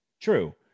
true